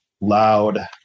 loud